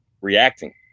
reacting